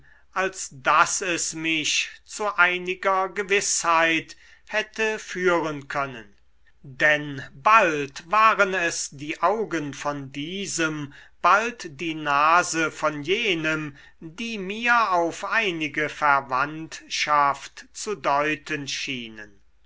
als daß es mich zu einiger gewißheit hätte führen können denn bald waren es die augen von diesem bald die nase von jenem die mir auf einige verwandtschaft zu deuten schienen